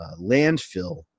landfill